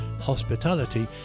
hospitality